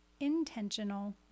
intentional